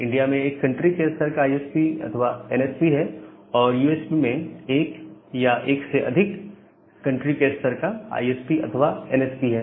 India में एक country के स्तर का आईएसपी अथवा एनएसपी है और यूएसए में एक या एक से अधिक कंट्री के स्तर का आईएसपी अथवा एनएसपी है